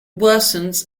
worsens